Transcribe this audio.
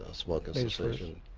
ah smoking cessation?